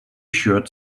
shirt